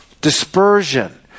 Dispersion